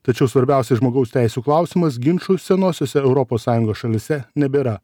tačiau svarbiausiais žmogaus teisių klausimais ginčų senosiose europos sąjungos šalyse nebėra